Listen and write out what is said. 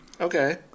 Okay